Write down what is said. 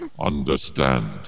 Understand